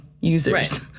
users